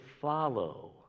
follow